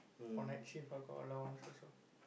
for night shift got allowances lor